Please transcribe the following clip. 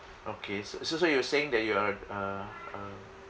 okay so so so you're saying that you're a a